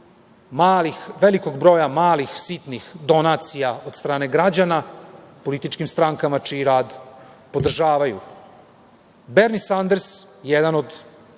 velikog broja malih, sitnih donacija od strane građana političkim strankama čiji rad podržavaju. Berni Sanders, jedan od